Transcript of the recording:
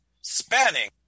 spanning